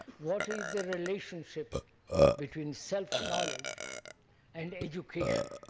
what is the relationship between self-knowledge and education.